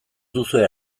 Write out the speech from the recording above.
duzue